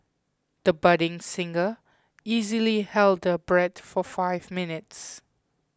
the budding singer easily held her breath for five minutes